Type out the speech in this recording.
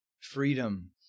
Freedom